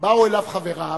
באו אליו חבריו